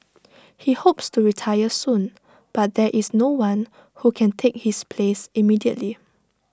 he hopes to retire soon but there is no one who can take his place immediately